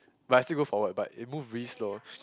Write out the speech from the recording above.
but I still go forward but it moves really slow